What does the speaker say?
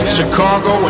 Chicago